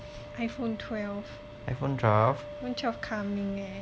iphone twelve iphone twelve coming